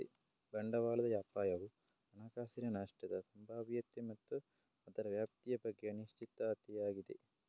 ಬಂಡವಾಳದ ಅಪಾಯವು ಹಣಕಾಸಿನ ನಷ್ಟದ ಸಂಭಾವ್ಯತೆ ಮತ್ತು ಅದರ ವ್ಯಾಪ್ತಿಯ ಬಗ್ಗೆ ಅನಿಶ್ಚಿತತೆಯಾಗಿದೆ